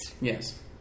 Yes